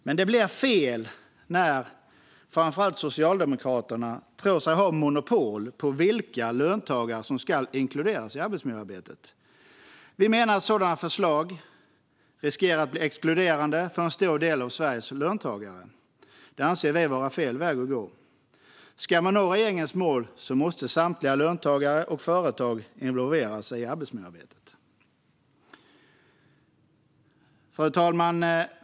Men det blir fel när framför allt Socialdemokraterna tror sig ha monopol när det gäller vilka löntagare som ska inkluderas i arbetsmiljöarbetet. Vi menar att sådana förslag riskerar att bli exkluderande för en stor del av Sveriges löntagare. Det anser vi vara fel väg att gå. Ska man nå regeringens mål måste samtliga löntagare och företag involveras i arbetsmiljöarbetet. Fru talman!